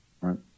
Right